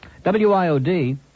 W-I-O-D